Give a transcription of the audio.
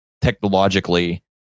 technologically